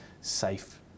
safe